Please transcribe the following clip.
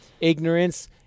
ignorance